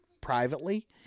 privately